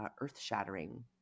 earth-shattering